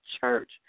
church